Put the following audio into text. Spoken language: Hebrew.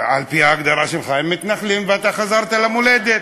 אני לא מסכים.